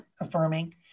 affirming